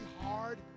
hard